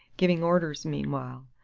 giving orders, meanwhile,